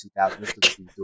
2000